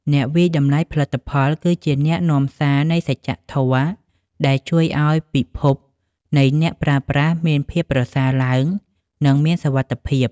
អ្នកវាយតម្លៃផលិតផលគឺជាអ្នកនាំសារនៃសច្ចធម៌ ដែលជួយឱ្យពិភពនៃអ្នកប្រើប្រាស់មានភាពប្រសើរឡើង និងមានសុវត្ថិភាព។